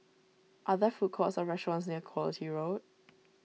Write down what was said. are there food courts or restaurants near Quality Road